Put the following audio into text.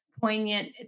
poignant